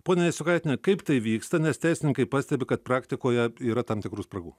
ponia jasiukaitiene kaip tai vyksta nes teisininkai pastebi kad praktikoje yra tam tikrų spragų